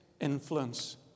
influence